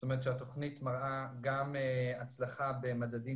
זאת אומרת שהתוכנית מראה גם הצלחה במדדים